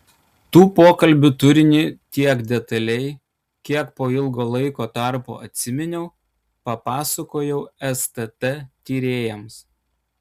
tų pokalbių turinį tiek detaliai kiek po ilgo laiko tarpo atsiminiau papasakojau stt tyrėjams